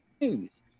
news